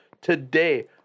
today